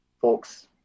folks